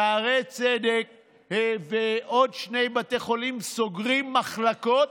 שערי צדק ועוד שני בתי חולים סוגרים מחלקות,